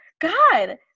God